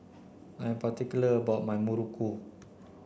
I'm particular about my Muruku